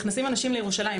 נכנסים אנשים לירושלים,